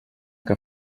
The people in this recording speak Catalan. que